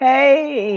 Hey